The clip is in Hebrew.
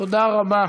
תודה רבה.